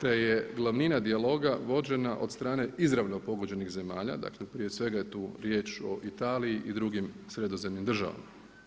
te je glavnina dijaloga vođena od strane izravno pogođenih zemalja, dakle prije svega je tu riječ o Italiji i drugim sredozemnim državama.